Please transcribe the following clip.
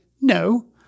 No